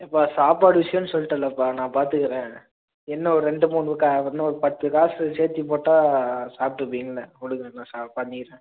இப்போ சாப்பாடு விஷயம்னு சொல்லிட்டல்லைபா நான் பார்த்துகுறேன் என்ன ஒரு ரெண்டு மூணு க இன்னும் ஒரு பத்து காசு சேர்த்தி போட்டால் சாப்ட்டுப்பீங்கள்லை விடுங்க நான் ச பண்ணிடறேன்